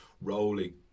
rolling